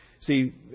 See